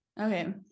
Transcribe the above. okay